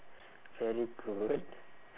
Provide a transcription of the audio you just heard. very good